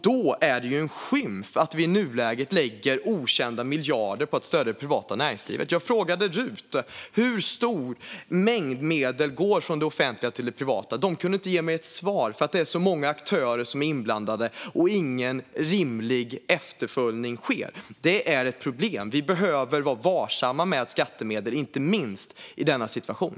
Då är det en skymf att vi i nuläget lägger okända miljarder på att stödja det privata näringslivet. Jag frågade riksdagens utredningstjänst hur stor mängd medel som går från det offentliga till det privata. De kunde inte ge mig ett svar, för det är så många aktörer inblandade och ingen rimlig uppföljning sker. Det är ett problem. Vi behöver vara varsamma med skattemedel, inte minst i denna situation.